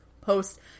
Post